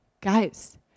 guys